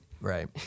right